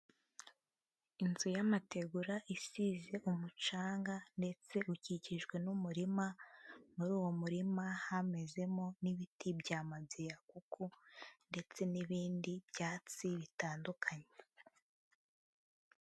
Inzu y'amategura isize umucanga ndetse ukikijwe n'umurima, muri uwo murima hamezemo n'ibiti bya matiyakuku ndetse n'ibindi byatsi bitandukanye.